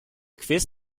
quiz